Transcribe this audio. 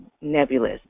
nebulous